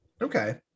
Okay